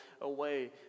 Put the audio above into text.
away